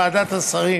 ועדת השרים